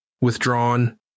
withdrawn